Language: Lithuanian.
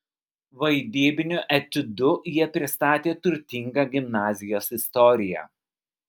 vaidybiniu etiudu jie pristatė turtingą gimnazijos istoriją